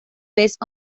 pez